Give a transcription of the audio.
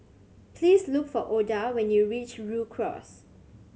please look for Oda when you reach Rhu Cross